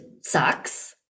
sucks